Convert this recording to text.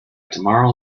tomorrow